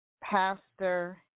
Pastor